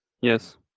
Yes